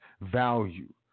Value